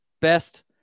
best